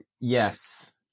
yes